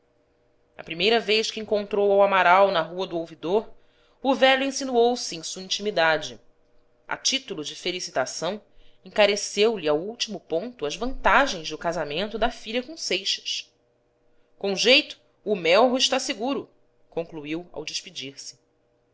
a primeira vez que encontrou ao amaral na rua do ouvidor o velho insinuou se em sua intimidade a título de felicitação encareceu lhe ao último ponto as vantagens do casamento da filha com seixas com jeito o melro está seguro concluiu ao despedir-se